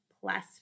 plus